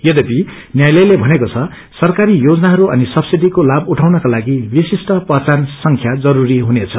यद्यपि न्यायालयले भनेको द सरकारी योजनाहरू अनि सब्सिडीको लाम उझउनका लागि विशिष्ट पहिचान संख्या जरूरी हुनेछ